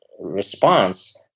response